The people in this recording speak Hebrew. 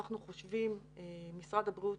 משרד הבריאות